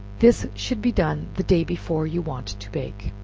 this should be done the day before you want to bake.